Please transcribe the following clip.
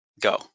Go